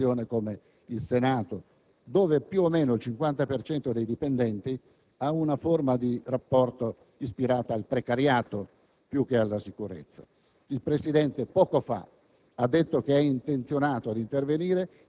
una situazione imbarazzante per un'istituzione come il Senato, dove più o meno il 50 per cento dei dipendenti ha una forma di rapporto ispirata al precariato più che alla sicurezza. Il Presidente poco fa